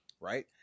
right